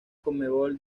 conmebol